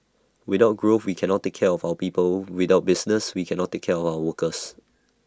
without growth we cannot take care of our people without business we cannot take care of our workers